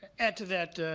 add to that,